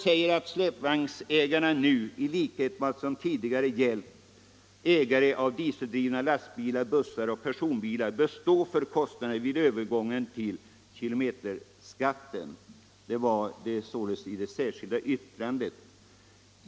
Därför bör släpvagnsägarna, i likhet med vad som tidigare gällt ägare av dieseldrivna lastbilar, bussar och personbilar, stå för kostnaderna vid övergången till kilometerskatt.